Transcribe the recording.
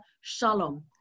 shalom